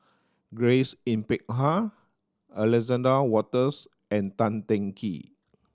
Grace Yin Peck Ha Alexander Wolters and Tan Teng Kee